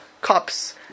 cups